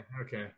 Okay